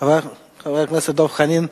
חבר הכנסת דב חנין,